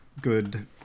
good